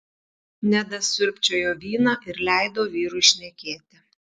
nedas siurbčiojo vyną ir leido vyrui šnekėti